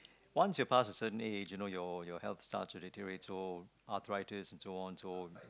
once you pass a certain age you know your your health starts to deteriorate so I will try to this and so on so